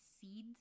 seeds